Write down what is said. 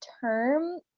term